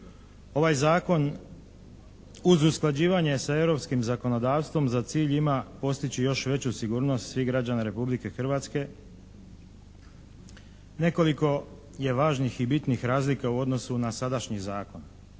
ovaj zakon uz usklađivanje sa europskim zakonodavstvom za cilj ima postići još veću sigurnost svih građana Republike Hrvatske. Nekoliko je važnih i bitnih razlika u odnosu na sadašnji zakon.